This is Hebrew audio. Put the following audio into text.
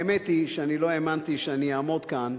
האמת היא, שלא האמנתי שאני אעמוד כאן,